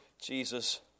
Jesus